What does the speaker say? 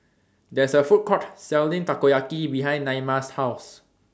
There IS A Food Court Selling Takoyaki behind Naima's House